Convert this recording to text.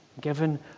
Given